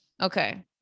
Okay